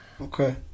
Okay